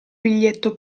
biglietto